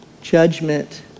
Judgment